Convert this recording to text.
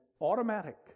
automatic